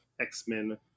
X-Men